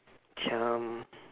um